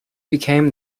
became